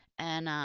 and